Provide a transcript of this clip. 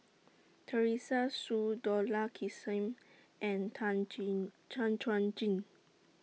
Teresa Hsu Dollah Kassim and Tan Jin Tan Chuan Jin